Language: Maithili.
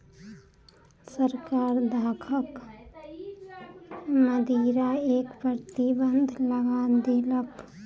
सरकार दाखक मदिरा पर प्रतिबन्ध लगा देलक